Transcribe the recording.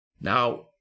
Now